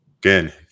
again